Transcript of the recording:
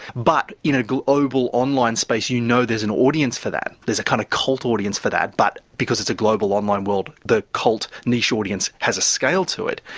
but in a global online space you know there is an audience for that, there is a kind of cult audience for that but because it's a global online world the cult niche audience has a scale to it,